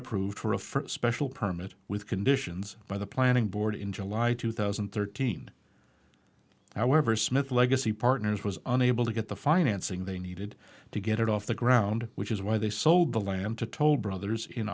approved for a first special permit with conditions by the planning board in july two thousand and thirteen however smith legacy partners was unable to get the financing they needed to get it off the ground which is why they sold the land to told brothers in